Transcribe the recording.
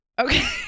Okay